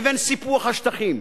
לבין סיפוח השטחים.